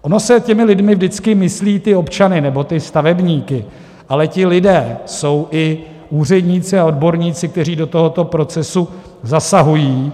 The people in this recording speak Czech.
Ono se těmi lidmi vždycky myslí občany nebo stavebníky, ale ti lidé jsou i úředníci a odborníci, kteří do tohoto procesu zasahují.